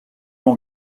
mon